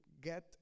Get